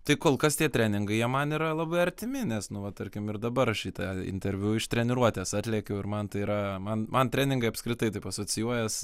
tai kol kas tie treningai jie man yra labai artimi nes nu vat tarkim ir dabar aš į tą interviu iš treniruotės atlėkiau ir man tai yra man man treningai apskritai taip asocijuojas